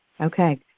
Okay